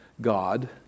God